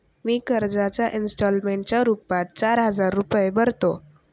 मी कर्जाच्या इंस्टॉलमेंटच्या रूपात चार हजार रुपये भरतो